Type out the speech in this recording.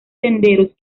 senderos